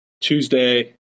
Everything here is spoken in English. Tuesday